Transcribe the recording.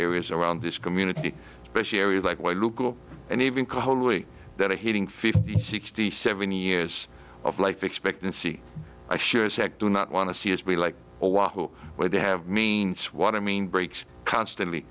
areas around this community especially areas like why look cool and even coldly that are hitting fifty sixty seventy years of life expectancy i sure as heck do not want to see us be like what they have means what i mean breaks constantly